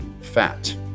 fat